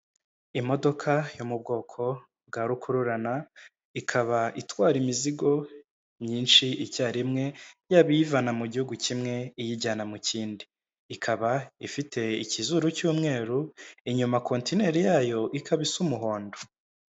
Imodoka yo mu bwoko bwa rukururana, ikaba itwara imizigo myinshi icya rimwe, yaba iyivana mu gihugu kimwe, iyijyana mu kindi. Ikaba ifite ikizuru cy'umweru, inyuma kontineri yayo ikaba isa umuhondo.